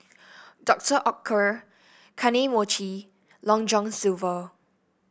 Doctor Oetker Kane Mochi Long John Silver